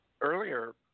Earlier